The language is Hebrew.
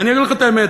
אני אגיד לך את האמת,